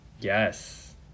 Yes